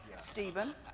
Stephen